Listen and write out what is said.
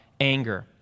anger